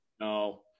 No